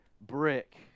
Brick